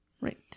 Right